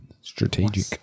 Strategic